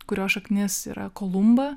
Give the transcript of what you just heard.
kurio šaknis yra kolumba